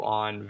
on